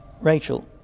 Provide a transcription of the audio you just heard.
Rachel